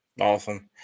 Awesome